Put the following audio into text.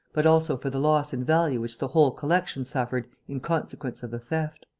but also for the loss in value which the whole collection suffered in consequence of the theft.